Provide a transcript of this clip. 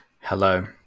Hello